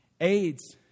AIDS